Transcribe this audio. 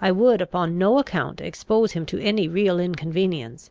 i would upon no account expose him to any real inconvenience